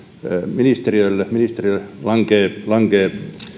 ministeriölle ministeriölle lankeaa lankeaa